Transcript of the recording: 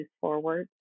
forward